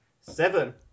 Seven